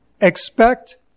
Expect